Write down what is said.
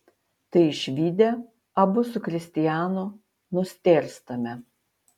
tai išvydę abu su kristianu nustėrstame